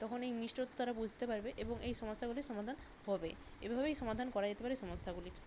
তখন এই মিষ্টত্ব তারা বুঝতে পারবে এবং এই সমস্যাগুলির সমাধান হবে এভাবেই সমাধান করা যেতে পারে সমস্যাগুলির